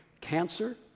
Cancer